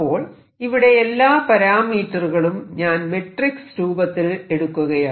അപ്പോൾ ഇവിടെ എല്ലാ പരാമീറ്ററുകളും ഞാൻ മെട്രിക്സ് രൂപത്തിൽ എടുക്കുകയാണ്